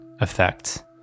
effect